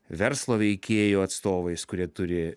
verslo veikėjų atstovais kurie turi